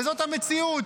וזאת המציאות.